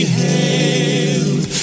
hailed